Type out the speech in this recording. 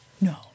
no